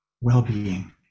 well-being